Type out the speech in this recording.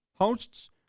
hosts